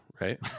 right